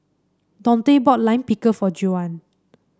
Dontae bought Lime Pickle for Juwan